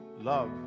love